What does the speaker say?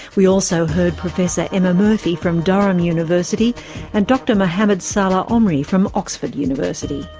we also heard professor emma murphy from durham university and dr mohamed-salah omri from oxford university.